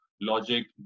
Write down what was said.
logic